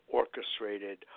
orchestrated